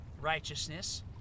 righteousness